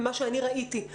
ממה שאני ראיתי.